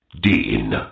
Dean